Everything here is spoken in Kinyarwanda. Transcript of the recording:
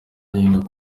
nenga